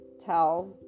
tell